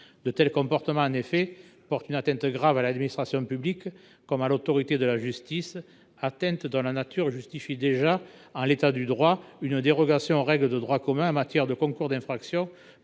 De tels comportements, en effet, portent une atteinte grave à l’administration publique comme à l’autorité de la justice, atteinte dont la nature justifie déjà, en l’état du droit, une dérogation aux règles de droit commun en matière de concours d’infraction